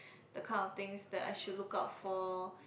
the kind of things that I should look out for